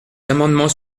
amendements